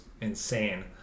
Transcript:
insane